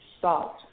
salt